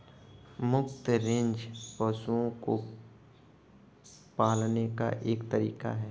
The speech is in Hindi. मुफ्त रेंज पशुओं को पालने का एक तरीका है